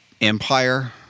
empire